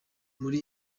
muri